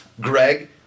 Greg